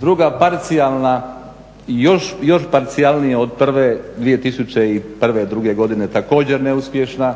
Druga parcijalna, još parcijalnija od prve 2001., druge godine također neuspješna.